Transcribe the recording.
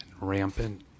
rampant